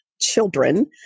children